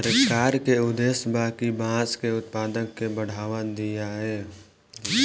सरकार के उद्देश्य बा कि बांस के उत्पाद के बढ़ावा दियाव